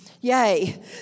Yay